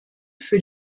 für